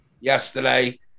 yesterday